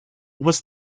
was